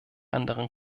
anderen